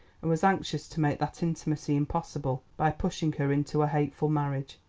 and was anxious to make that intimacy impossible by pushing her into a hateful marriage.